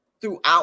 throughout